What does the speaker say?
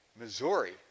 Missouri